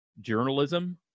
journalism